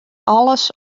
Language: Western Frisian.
alles